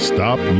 Stop